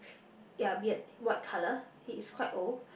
ya beard what colour he is quite old